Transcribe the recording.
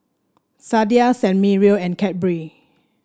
Sadia San Remo and Cadbury